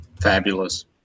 Fabulous